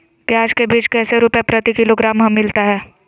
प्याज के बीज कैसे रुपए प्रति किलोग्राम हमिलता हैं?